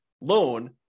loan